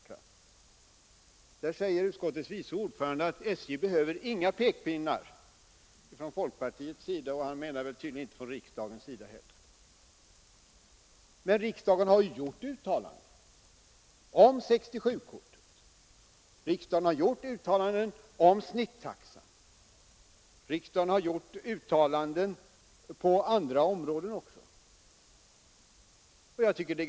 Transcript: Där säger utskottets vice ordförande att SJ inte behöver några pekpinnar från folkpartiets sida, och han menar tydligen: inte heller från riksdagens sida. Men riksdagen har ju tidigare gjort uttalanden om 67-kortet, om snittaxan och även när det gäller andra områden.